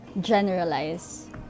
generalize